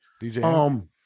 DJ